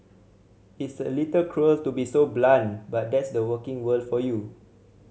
it's a little cruel to be so blunt but that's the working world for you